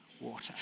water